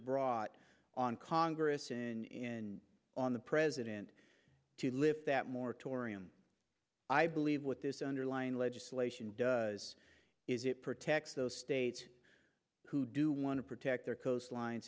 brought on congress in on the president to lift that moratorium i believe with this underlying legislation does is it protects those states who do want to protect their coastlines